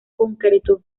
concretó